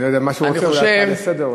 אני לא יודע מה הוא רוצה, אולי עוד הצעה לסדר.